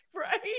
right